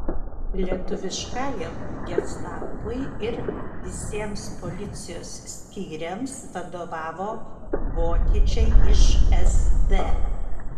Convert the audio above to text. lietuviškajam gestapui ir visiems policijos skyriams vadovavo vokiečiai iš sd